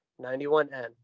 91N